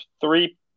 three